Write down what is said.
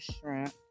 shrimp